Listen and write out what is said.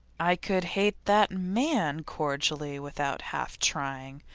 i could hate that man cordially, without half trying,